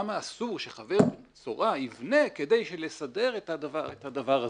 למה אסור שחבר צרעה יבנה כדי לסדר את הדבר הזה?